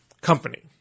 company